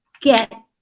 get